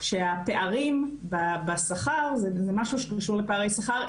שהפערים בשכר זה משהו שקשור לפערי שכר,